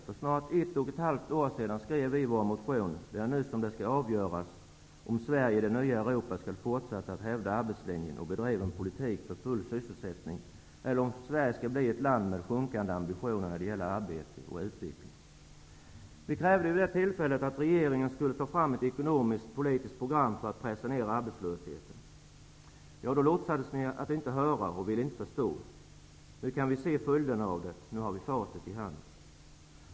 För snart ett och ett halvt år sedan skrev vi i vår motion: ''Det är nu som det avgörs om Sverige i det nya Europa skall fortsätta att hävda arbetslinjen och bedriva en politik för full sysselsättning eller om Sverige skall bli ett land med sjunkande ambitioner när det gäller arbete och utveckling.'' Vi krävde vid det tillfället att regeringen skulle ta fram ett ekonomiskt-politiskt program för att pressa ner arbetslösheten. Då låtsades ni inte höra, och då ville ni inte förstå. Nu kan vi se följderna av detta. Nu har vi facit i handen.